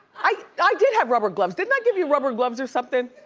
i i did have rubber gloves. didn't i give you rubber gloves or somethin'?